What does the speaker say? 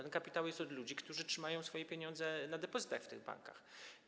Ten kapitał jest od ludzi, którzy trzymają swoje pieniądze na depozytach w tych bankach.